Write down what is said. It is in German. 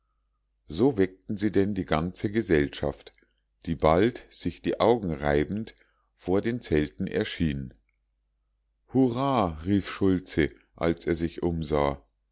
so weckten sie denn die ganze gesellschaft die bald sich die augen reibend vor den zelten erschien hurrah rief schultze als er sich umsah